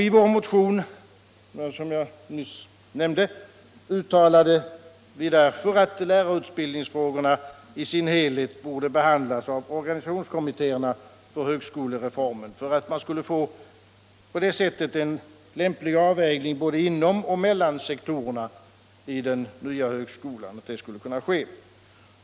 I den motion som jag nyss nämnde uttalade vi därför att lärarutbildningsfrågorna i sin helhet borde behandlas av organsiationskommittéerna för högskolereformen för att man på det sättet skulle få en lämplig avvägning både inom och mellan sektorerna i den nya högskolan.